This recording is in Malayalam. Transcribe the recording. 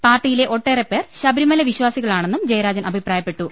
പാർട്ടിയിലെ ഒട്ടേറെ പേർ ശബരിമല വിശ്വാ സികളാണെന്നും ജയരാജൻ അഭിപ്രായപ്പെട്ടു